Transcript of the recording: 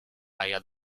allá